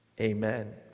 amen